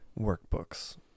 workbooks